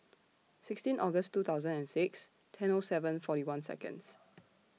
sixteen August two thousand and six ten O seven forty one Seconds